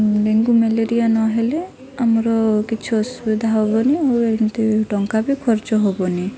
dengue malaria ନହେଲେ ଆମର କିଛି ଅସୁବିଧା ହେବନି ମୁଁ ଏମିତି ଟଙ୍କା ବି ଖର୍ଚ୍ଚ ହେବନି